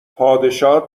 پادشاه